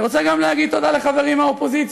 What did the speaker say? אני רוצה להגיד תודה גם לחברי מהאופוזיציה,